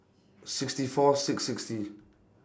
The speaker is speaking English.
sixty four six sixty